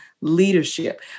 leadership